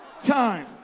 time